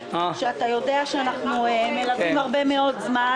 שאתה יודע שאנחנו מלווים הרבה מאוד זמן.